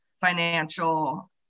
financial